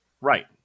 Right